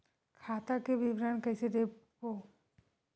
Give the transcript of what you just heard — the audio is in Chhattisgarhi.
खाता के विवरण कइसे देखबो?